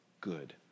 good